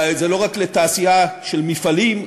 זה לא רק לתעשייה של מפעלים,